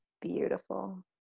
beautiful